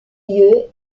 lieu